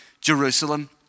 Jerusalem